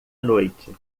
noite